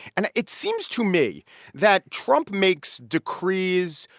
and it seems to me that trump makes decrees,